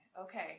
Okay